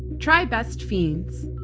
try best fiends.